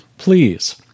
Please